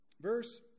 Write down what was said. Verse